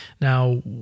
Now